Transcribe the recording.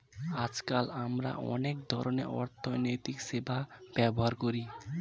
আজকাল আমরা অনেক ধরনের অর্থনৈতিক সেবা ব্যবহার করি